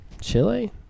Chile